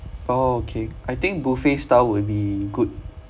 oh K I think buffet style will be good